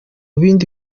bindi